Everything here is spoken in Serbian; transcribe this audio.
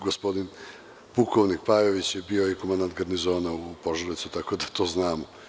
Gospodin pukovnik Pajović je bio i komandant garnizona u Požarevcu, tako da to znamo.